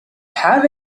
have